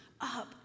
up